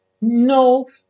No